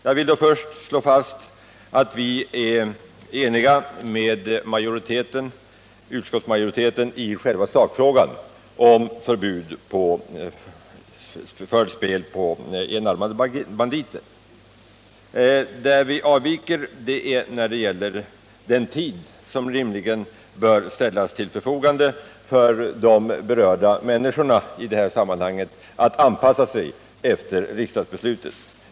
Jag vill först slå fast att vi är ense med utskottsmajoriteten i själva sakfrågan om förbud mot spel på enarmade banditer. Vår avvikande mening gäller den tid som rimligen bör ställas till förfogande för de berörda människorna att anpassa sig efter riksdagens beslut.